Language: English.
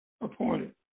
appointed